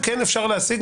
כן אפשר להשיג,